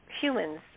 humans